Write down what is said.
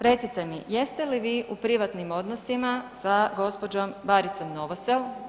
Recite mi, jeste li vi u privatnim odnosima sa gđom. Baricom Novosel?